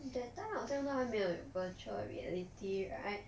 that time 好像都还没有有 virtual reality right